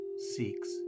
seeks